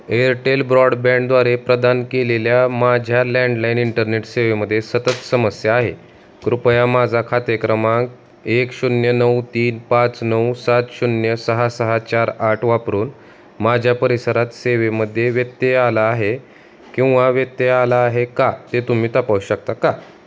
Airtel ब्रॉडबँडद्वारे प्रदान केलेल्या माझ्या लँडलाईन इंटरनेट सेवेमध्ये सतत समस्या आहे कृपया माझा खाते क्रमांक एक शून्य नऊ तीन पाच नऊ सात शून्य सहा सहा चार आठ वापरून माझ्या परिसरात सेवेमध्ये व्यत्यय आला आहे किंवा व्यत्यय आला आहे का ते तुम्ही तपासू शकता का